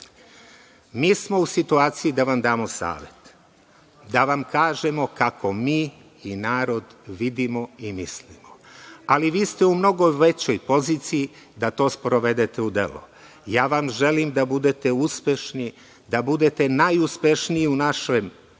smo u situaciji da vam damo savet, da vam kažemo kako mi i narod vidimo i mislimo, ali vi ste u mnogo većoj poziciji da to sprovedete u delo. Ja vam želim da budete uspešni, da budete najuspešniji u našem